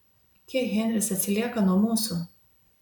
kiek henris atsilieka nuo mūsų